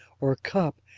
or cup,